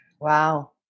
Wow